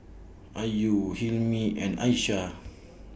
Ayu Hilmi and Aishah